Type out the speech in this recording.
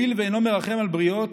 הואיל ואינו מרחם על בריות,